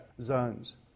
zones